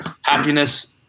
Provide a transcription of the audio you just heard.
happiness